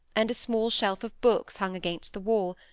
and a small shelf of books hung against the wall,